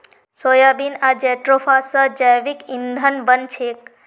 soybean आर jatropha स जैविक ईंधन बन छेक